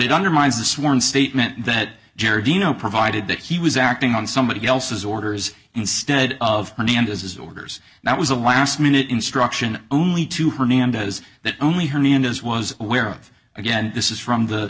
it undermines the sworn statement that jersey no provided that he was acting on somebody else's orders instead of on the end of his orders that was a last minute instruction only to hernandez that only hernandez was aware of again this is from the